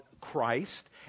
Christ